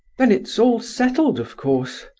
then it's all settled, of course,